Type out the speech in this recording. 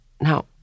Now